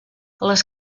les